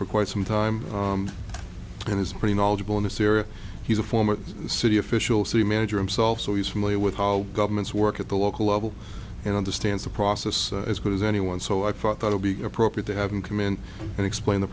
for quite some time and it's pretty knowledgeable in assyria he's a former city official city manager him self so he's familiar with how governments work at the local level and understands the process as good as anyone so i thought that would be appropriate to have him come in and explain the